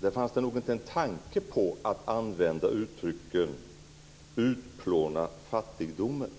Där fanns det nog inte en tanke på att använda uttrycket utplåna fattigdomen.